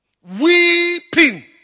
weeping